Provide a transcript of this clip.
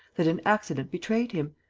that an accident betrayed him.